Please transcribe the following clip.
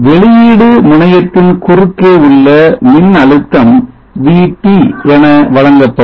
வெளியீடு முனையத்தின் குறுக்கே உள்ள மின்னழுத்தம் VT என வழங்கப்படும்